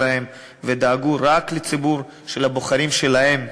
ודאגו רק לציבור של הבוחרים שלהם.